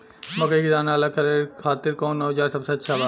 मकई के दाना अलग करे खातिर कौन औज़ार सबसे अच्छा बा?